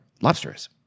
lobsters